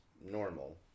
normal